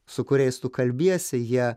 su kuriais tu kalbiesi jie